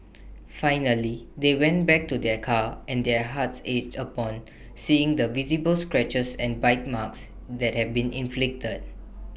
finally they went back to their car and their hearts ached upon seeing the visible scratches and bite marks that had been inflicted